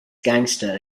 gangster